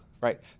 right